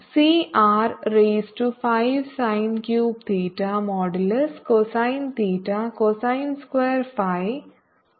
C R raise to 5 sine cube theta modulus cosine theta cosine square phi d r d theta d phi